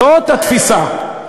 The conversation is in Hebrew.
זאת התפיסה.